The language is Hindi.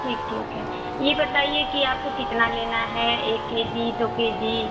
जी ठीक है ये बताइए कि आपको कितना लेना है एक के जी दो के जी